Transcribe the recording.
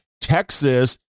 Texas